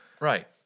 right